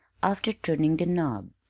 after turning the knob,